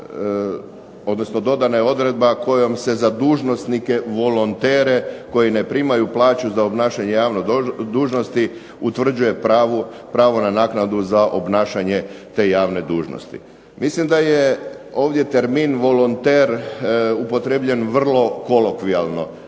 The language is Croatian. odnosno dodana je odredba kojom se za dužnosnike volontere koji ne primaju plaću za obnašanje javne dužnosti utvrđuje pravo na naknadu za obnašanje te javne dužnosti. Mislim da je ovdje termin volonter upotrijebljen vrlo kolokvijalno.